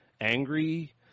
angry